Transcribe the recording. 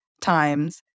times